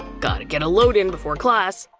gotta get a load in before class.